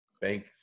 bank